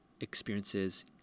experiences